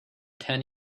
ten